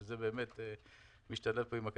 שזה באמת משתלב פה.